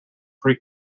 pre